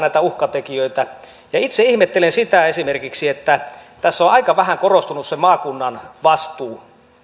näitä uhkatekijöitä ja itse ihmettelen esimerkiksi sitä että tässä on aika vähän korostunut se maakunnan vastuu